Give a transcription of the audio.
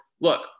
look